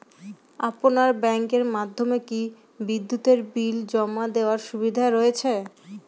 আপনার ব্যাংকের মাধ্যমে কি বিদ্যুতের বিল জমা দেওয়ার সুবিধা রয়েছে?